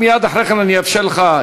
ומייד אחרי כן אני אאפשר לכם,